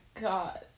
god